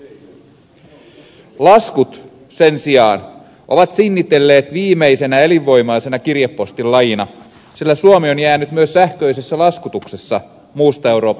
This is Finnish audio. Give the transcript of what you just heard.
laskut sen sijaan ovat sinnitelleet viimeisenä elinvoimaisena kirjepostin lajina sillä suomi on jäänyt myös sähköisessä laskutuksessa muusta euroopasta jälkeen